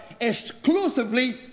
exclusively